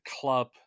club